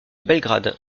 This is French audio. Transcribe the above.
belgrade